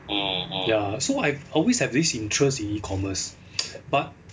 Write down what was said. ya so I always have this interest in E-commerce but